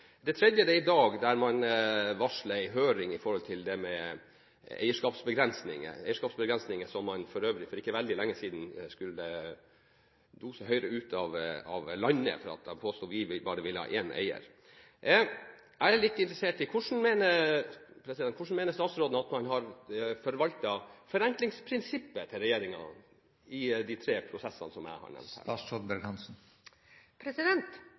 Det tredje er i dag, der man varsler en høring om dette med eierskapsbegrensninger – eierskapsbegrensninger som man for øvrig for ikke veldig lenge siden skulle «dose» Høyre ut av landet for, fordi de påsto at vi bare ville ha én eier. Jeg er litt interessert i hvordan statsråden mener at man har forvaltet regjeringens forenklingsprinsipp i de tre prosessene jeg har nevnt her. De tre områdene som representanten Bakke-Jensen her peker på, er jeg